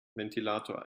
ventilator